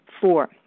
Four